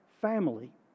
family